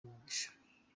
umugisha